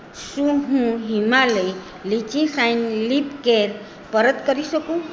શું હું Himalaya lychee shine lip care પરત કરી શકું